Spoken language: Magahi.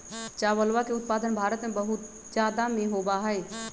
चावलवा के उत्पादन भारत में बहुत जादा में होबा हई